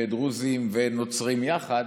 דרוזים ונוצרים יחד,